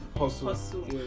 hustle